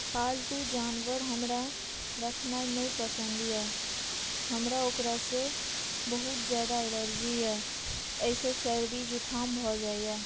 पालतू जानवर हमरा रखनाइ नहि पसन्द यए हमरा ओकरासँ बहुत ज्यादा एलर्जी यए एहिसँ सर्दी जुकाम भऽ जाइए